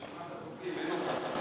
רשימת הדוברים, אין אותה.